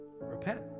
Repent